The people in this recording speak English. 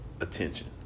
attention